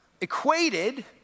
equated